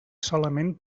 solament